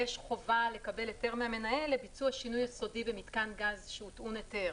יש חובה לקבל היתר מהמנהל לביצוע שינוי יסודי במתקן גז שהוא טעון היתר.